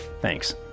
Thanks